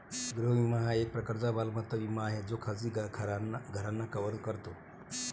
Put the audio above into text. गृह विमा हा एक प्रकारचा मालमत्ता विमा आहे जो खाजगी घरांना कव्हर करतो